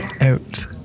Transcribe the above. Out